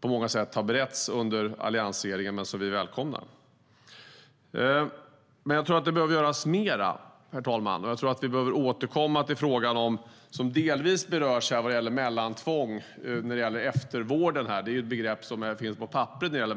på många sätt bereddes av alliansregeringen, det välkomnar vi. Men det behöver göras mer. Vi behöver nog återkomma till frågan som delvis berörs i betänkandet när det gäller mellantvång i eftervården, begrepp som finns på papperet.